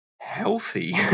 healthy